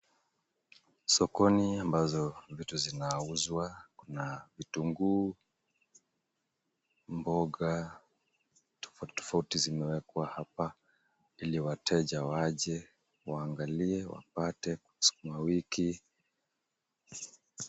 Sokoni ambazo vitu zinauzwa. Kuna vitunguu, mboga tofauti tofauti zimewekwa hapa. Ili wateja waje, waangalie, wapate sukumawiki.